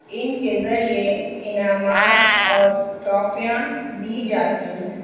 ان کے ذریعے انعامات اور ٹرافیاں دی جاتی ہیں